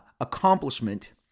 accomplishment